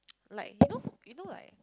like you know you know like